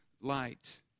light